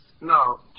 No